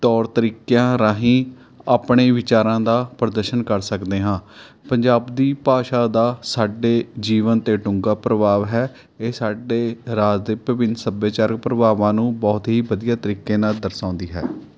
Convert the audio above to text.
ਤੌਰ ਤਰੀਕਿਆਂ ਰਾਹੀਂ ਆਪਣੇ ਵਿਚਾਰਾਂ ਦਾ ਪ੍ਰਦਰਸ਼ਨ ਕਰ ਸਕਦੇ ਹਾਂ ਪੰਜਾਬ ਦੀ ਭਾਸ਼ਾ ਦਾ ਸਾਡੇ ਜੀਵਨ 'ਤੇ ਡੂੰਘਾ ਪ੍ਰਭਾਵ ਹੈ ਇਹ ਸਾਡੇ ਰਾਜ ਦੇ ਵਿਭਿੰਨ ਸੱਭਿਆਚਾਰਕ ਪ੍ਰਭਾਵਾਂ ਨੂੰ ਬਹੁਤ ਹੀ ਵਧੀਆ ਤਰੀਕੇ ਨਾਲ਼ ਦਰਸਾਉਂਦੀ ਹੈ